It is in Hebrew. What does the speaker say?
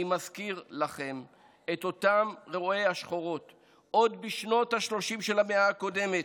אני מזכיר לכם את אותם רואי השחורות עוד בשנות השלושים של המאה הקודמת,